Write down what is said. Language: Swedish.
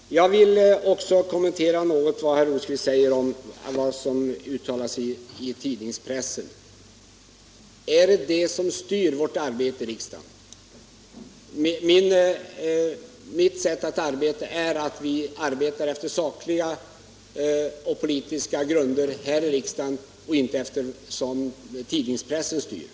Jag vill också något kommentera vad herr Rosqvist säger om uttalandena i tidningspressen. Är det detta som styr vårt arbete i riksdagen? Enligt mitt sätt att se arbetar vi på saklig och politisk grund här i riksdagen och inte efter det som tidningspressen skriver.